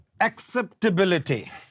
acceptability